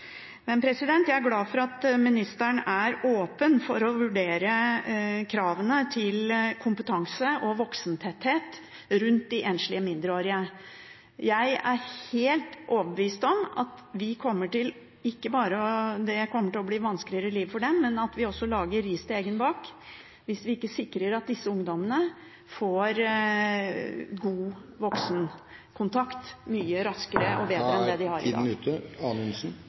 jeg er glad for at ministeren er åpen for å vurdere kravene til kompetanse og voksentetthet rundt de enslige mindreårige. Jeg er helt overbevist om at det kommer til å bli vanskeligere liv for dem, men vi lager også ris til egen bak hvis vi ikke sikrer at disse ungdommene får god voksenkontakt mye raskere enn det de får i dag. Det var vel ikke noe spørsmål i den